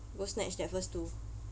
go snatch that first two